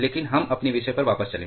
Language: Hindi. लेकिन हम अपने विषय पर वापस चले